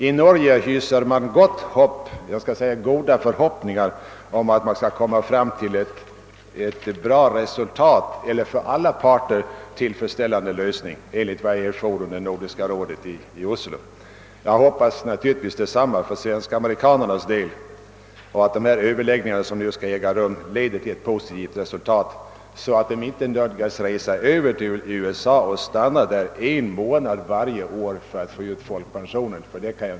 I Norge hyser man goda förhoppningar om att kunna nå en för alla parter tillfredsställande lösning, enligt vad jag erfor vid Nordiska rådets möte i Oslo. Jag hoppas naturligtvis också för svenskamerikanernas del att de överläggningar som nu skall äga rum leder till ett positivt resultat, så att de inte nödgas resa över till USA och stanna där en månad varje år för att få ut folkpensionen.